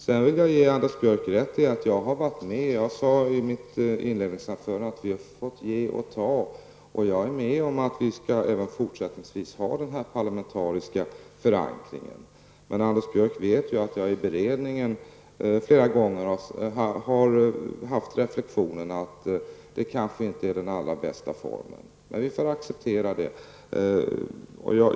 Sedan vill jag ge Anders Björck rätt i att vi har fått ge och ta, vilket jag sade i mitt inledningsanförande, och jag är med om att vi även fortsättningsvis skall ha denna parlamentariska förankring. Men Anders Björck vet att jag i beredningen flera gånger har gjort den reflexionen att det kanske inte är den allra bästa formen, men vi får acceptera den.